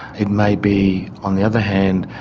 it may be, on the other hand,